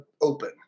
open